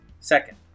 Second